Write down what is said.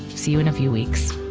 see you in a few weeks